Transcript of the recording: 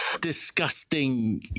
disgusting